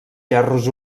gerros